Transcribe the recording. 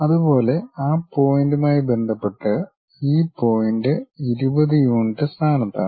അതുപോലെ ആ പോയിന്റുമായി ബന്ധപ്പെട്ട് ഈ പോയിന്റ് 20 യൂണിറ്റ് സ്ഥാനത്താണ്